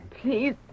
Please